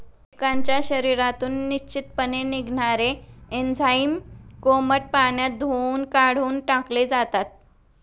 कीटकांच्या शरीरातून निश्चितपणे निघणारे एन्झाईम कोमट पाण्यात धुऊन काढून टाकले जाते